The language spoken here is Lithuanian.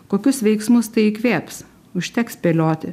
kokius veiksmus tai įkvėps užteks spėlioti